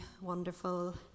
wonderful